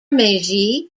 meiji